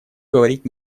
говорить